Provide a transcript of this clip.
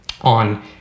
on